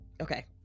okay